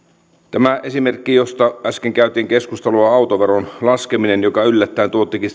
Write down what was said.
tämä esimerkki josta äsken käytiin keskustelua autoveron laskeminen joka yllättäen tuottikin